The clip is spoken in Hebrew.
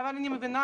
אבל אני מבינה